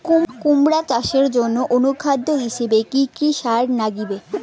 কুমড়া চাষের জইন্যে অনুখাদ্য হিসাবে কি কি সার লাগিবে?